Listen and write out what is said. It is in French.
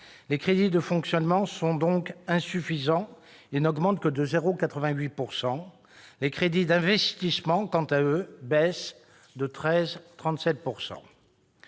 les crédits de fonctionnement sont donc insuffisants et n'augmentent que de 0,88 %. Les crédits d'investissement, quant à eux, baissent de 13,37